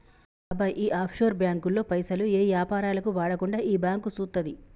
బాబాయ్ ఈ ఆఫ్షోర్ బాంకుల్లో పైసలు ఏ యాపారాలకు వాడకుండా ఈ బాంకు సూత్తది